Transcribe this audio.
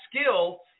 skill